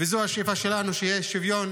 וזו השאיפה שלנו, שיהיה שוויון